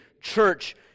church